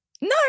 No